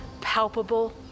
palpable